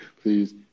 please